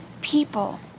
people